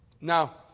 Now